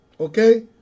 Okay